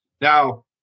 Now